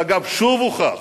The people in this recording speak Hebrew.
אגב, שוב הוכח